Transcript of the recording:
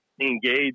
engage